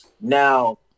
Now